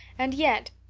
and yet,